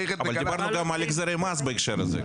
דיברנו גם על החזרי מס בהקשר הזה.